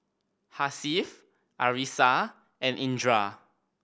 Hasif Arissa and Indra